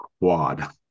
quad